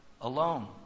alone